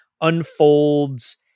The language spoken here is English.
unfolds